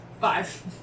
Five